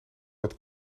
dat